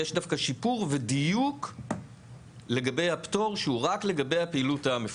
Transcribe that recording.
יש דווקא שיפור ודיוק לגבי הפטור שהוא רק לגבי הפעילות המפוקחת.